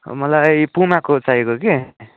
मलाई पुमाको चाहिएको कि